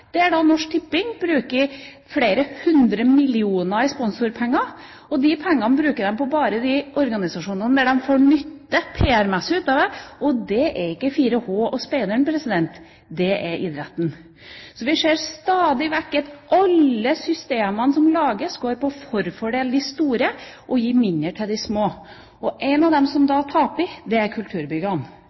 Norsk Tipping bruker flere hundre millioner av, og bare på de organisasjonene der de har PR-messig nytte av det. Og det er ikke 4H og Speideren, det er idretten. Vi ser stadig vekk at alle systemene som lages, går ut på å gi mer til de store og mindre til de små. Blant dem som da taper, er kulturbyggene. Vi bygger idrettsbygg rundt omkring som er fine og flotte, mens alle kulturbyggene